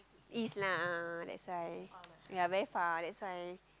east lah ah that's why ya very far that's why